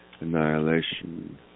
annihilation